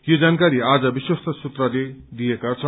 यो जानकारी आज विश्वस्त सूत्रले दिएका छन्